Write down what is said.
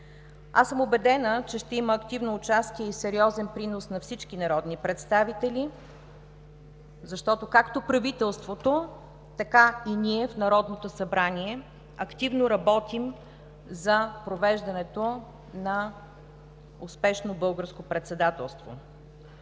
Аз съм убедена, че ще има активно участие и сериозен принос на всички народни представители, защото както правителството, така и ние в Народното събрание активно работим за провеждането на успешно българско председателство.